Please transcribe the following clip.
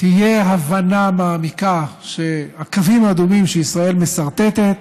תהיה הבנה מעמיקה שהקווים האדומים שישראל מסרטטת,